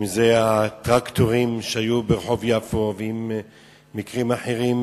אם הטרקטורים שהיו ברחוב יפו ואם מקרים אחרים,